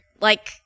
like-